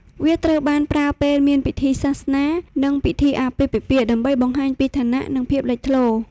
វាត្រូវបានប្រើពេលមានពិធីសាសនានិងពិធីអាពាហ៍ពិពាហ៍ ដើម្បីបង្ហាញពីឋានៈ និងភាពលេចធ្លោ។